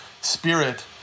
spirit